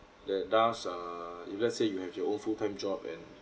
that does err if let's say you have your own full time job and